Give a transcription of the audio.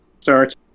start